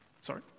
Sorry